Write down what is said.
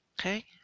Okay